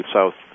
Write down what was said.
South